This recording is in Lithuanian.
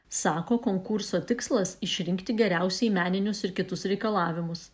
sako konkurso tikslas išrinkti geriausiai meninius ir kitus reikalavimus